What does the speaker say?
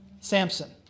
Samson